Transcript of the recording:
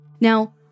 Now